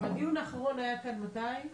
והדיון האחרון היה כאן מתי?